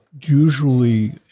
usually